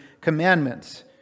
commandments